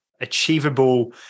achievable